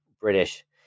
British